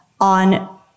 on